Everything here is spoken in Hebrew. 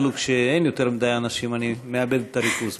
אפילו כשאין יותר מדי אנשים אני מאבד את הריכוז.